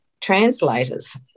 translators